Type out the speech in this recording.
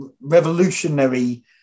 revolutionary